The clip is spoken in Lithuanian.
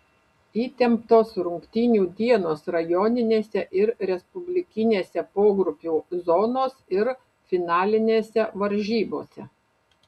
įtemptos rungtynių dienos rajoninėse ir respublikinėse pogrupių zonos ir finalinėse varžybose